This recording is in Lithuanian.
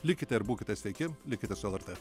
likite ir būkite sveiki likite su lrt